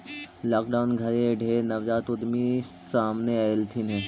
lockdown घरी ढेर नवजात उद्यमी सामने अएलथिन हे